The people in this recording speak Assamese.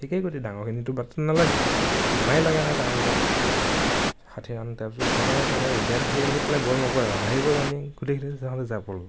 একেই গতি ডাঙৰখিনিটোৰ বেটত নালাগেই আমাৰে লগা নাই তেওঁলোকৰ ক'ত লাগিব ষাঁঠি ৰাণ তাৰ পিছত যেনে তেনে বেট ধৰি আহি পেলাই বল নকৰে আৰু হাঁহিব জানি গোটেইখিনি তেনেহ'লে যা বল কৰগৈ